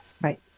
Right